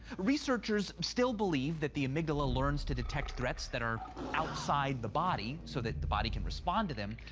researches still believe that the amygdala learns to detect threats that are outside the body so that the body can respond to them,